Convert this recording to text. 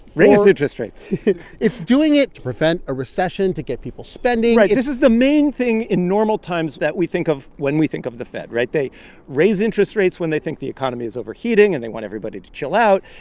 raised interest rates it's doing it to prevent a recession, to get people spending right. this is the main thing in normal times that we think of when we think of the fed, right? they raise interest rates when they think the economy is overheating and they want everybody to chill out.